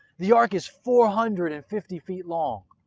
the ark is four hundred and fifty feet long,